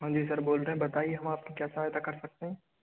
हाँजी सर बोल रहे है बताइए हम आपकी क्या सहायता कर सकते है